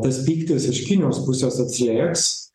tas pyktis iš kinijos pusės atslėgs